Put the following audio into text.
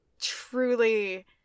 truly